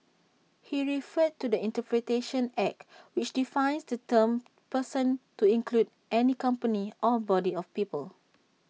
he referred to the interpretation act which defines the term person to include any company or body of people